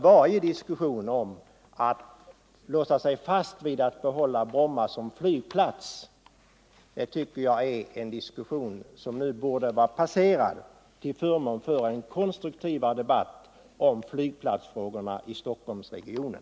Varje diskussion om att låsa sig fast vid att behålla Bromma som flygplats tycker jag borde vara ett passerat stadium -— till förmån för en konstruktiv debatt om flygplatsfrågorna i Stockholmsregionen.